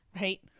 Right